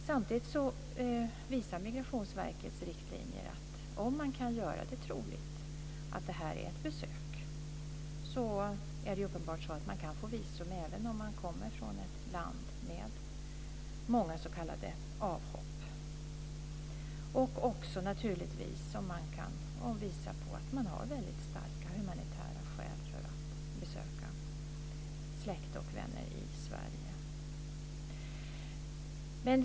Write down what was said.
Samtidigt visar Migrationsverkets riktlinjer att om man kan göra det troligt att det här är ett besök är det uppenbart så att man kan få ett visum även om man kommer från ett land med många s.k. avhopp och om man kan visa på att man har väldigt starka humanitära skäl för att besöka släkt och vänner i Sverige.